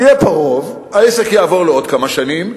יהיה פה רוב, העסק יעבור לעוד כמה שנים,